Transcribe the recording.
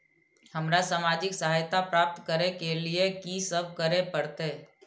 हमरा सामाजिक सहायता प्राप्त करय के लिए की सब करे परतै?